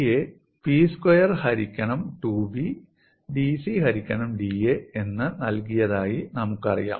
G യെ 'P square ഹരിക്കണം 2B' 'dC ഹരിക്കണം da' എന്ന് നൽകിയതായി നമുക്കറിയാം